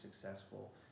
successful